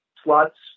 slots